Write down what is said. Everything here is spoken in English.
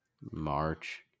March